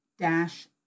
dash